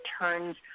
turns